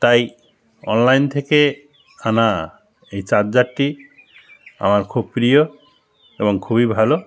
তাই অনলাইন থেকে আনা এই চার্জারটি আমার খুব প্রিয় এবং খুবই ভালো